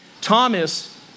Thomas